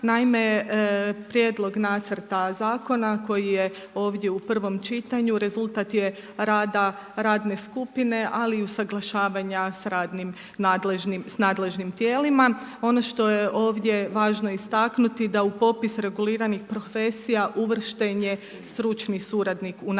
naime prijedlog nacrta zakona koji je ovdje u prvom čitanju rezultat je rada radne skupine ali i usaglašavanja s radnim nadležnim tijelima. Ono što je ovdje važno istaknuti, da u popis reguliranih profesija uvršten je stručni suradnik u nastavi